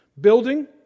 building